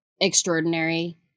Extraordinary